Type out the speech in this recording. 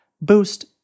boost